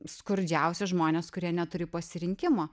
skurdžiausi žmonės kurie neturi pasirinkimo